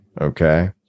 Okay